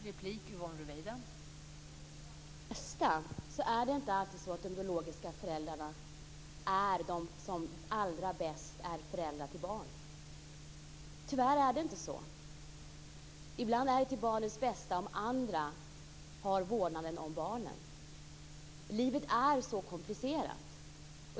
Fru talman! När det gäller barnens bästa är det inte alltid så att de biologiska föräldrarna är de som allra bäst är föräldrar till barnen. Tyvärr är det inte så. Ibland är det till barnens bästa om andra har vårdnaden om barnen. Livet är så komplicerat.